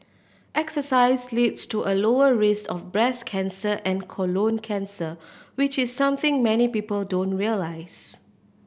exercise leads to a lower risk of breast cancer and colon cancer which is something many people don't realise